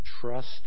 Trust